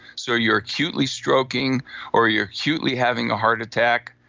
so you're acutely stroking or you're acutely having a heart attack,